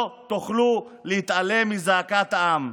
לא תוכלו להתעלם מזעקת העם,